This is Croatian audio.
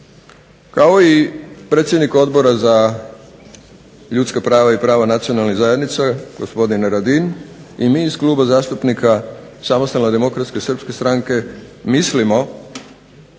kao i predsjednik Odbora za ljudska prava i prava nacionalnih zajednica gospodin Radin, i mi iz Kluba zastupnika Samostalne demokratske srpske stranke mislimo